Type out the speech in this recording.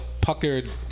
puckered